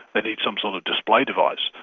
they need some sort of display device,